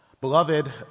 Beloved